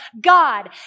God